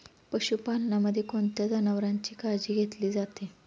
पशुपालनामध्ये कोणत्या जनावरांची काळजी घेतली जाते?